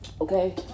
Okay